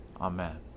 Amen